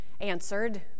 answered